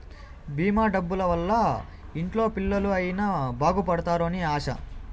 భీమా డబ్బుల వల్ల ఇంట్లో పిల్లలు అయిన బాగుపడుతారు అని ఆశ